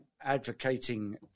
advocating